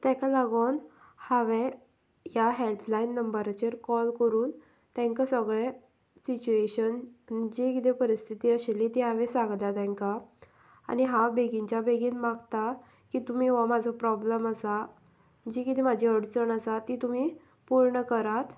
ताका लागून हांवें ह्या हेल्पलायन नंबराचेर कॉल करून तांकां सगळें सिच्युएशन जी किदें परिस्थिती आशिल्ली ती हांवें सांगल्या तांकां आनी हांव बेगीनच्या बेगीन मागतां की तुमी हो म्हाजो प्रोब्लेम आसा जी कितें म्हजी अडचण आसा ती तुमी पूर्ण करात